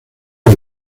del